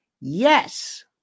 Yes